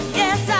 yes